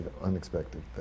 unexpected